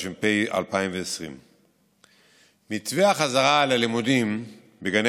התש"ף 2020. מתווה החזרה ללימודים בגני